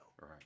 Right